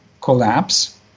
collapse